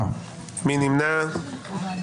הצבעה בעד, 4 נגד, 9 נמנעים, אין לא אושרה.